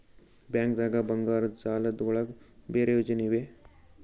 ಬ್ಯಾಂಕ್ದಾಗ ಬಂಗಾರದ್ ಸಾಲದ್ ಒಳಗ್ ಬೇರೆ ಯೋಜನೆ ಇವೆ?